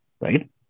right